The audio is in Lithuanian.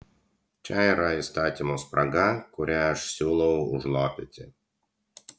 čia yra įstatymo spraga kurią aš siūlau užlopyti